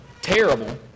terrible